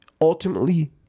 ultimately